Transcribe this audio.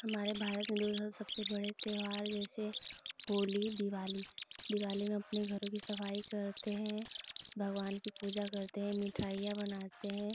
हमारे भारत में दो सबसे बड़े त्योहार जैसे होली दिवाली दिवाली में अपने घरों की सफ़ाई करते हैं भगवान की पूजा करते हैं मिठाइयाँ बनाते हैं